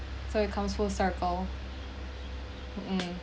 so it comes full circle mm